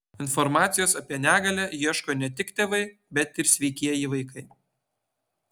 informacijos apie negalią ieško ne tik tėvai bet ir sveikieji vaikai